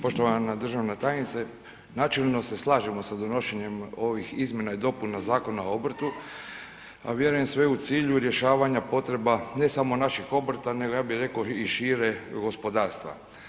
Poštovana državna tajnice, načelno se slažemo sa donošenjem ovih Izmjena i dopuna Zakona o obrtu a vjerujem sve u cilju rješavanja potreba ne samo naših obrta nego ja bih rekao i šire gospodarstva.